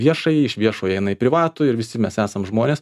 viešąjį iš viešo eina privatų ir visi mes esam žmonės